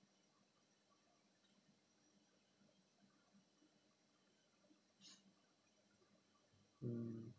mm